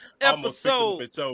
episode